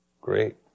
Great